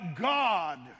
God